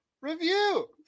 review